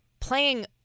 playing